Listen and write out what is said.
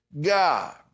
god